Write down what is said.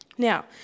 Now